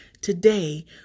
Today